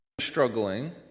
struggling